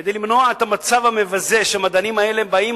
כדי למנוע את המצב המבזה שהמדענים האלה באים,